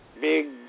big